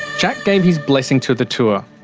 jack gave his blessing to the tour.